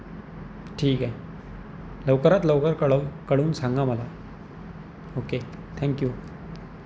ठीक आहे लवकरात लवकर कळव कळवून सांगा मला ओके थँक्यू